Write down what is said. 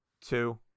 two